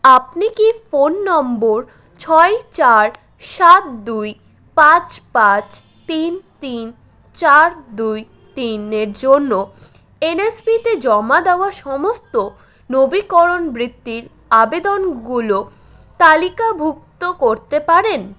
আপনি কি phone number ছয় চার সাত দুই পাঁচ পাঁচ তিন তিন চার দুই তিনের জন্য এনএসপিতে জমা দেওয়া সমস্ত নবীকরণ বৃত্তির আবেদনগুলো তালিকাভুক্ত করতে পারেন